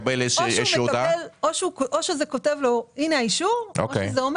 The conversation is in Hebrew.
או שזה כותב לו שהנה האישור או שזה אומר